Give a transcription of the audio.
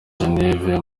geneve